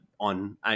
on